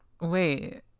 Wait